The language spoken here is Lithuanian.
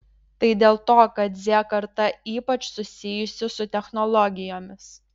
tai dėl to kad z karta ypač susijusi su technologijomis